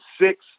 six